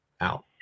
out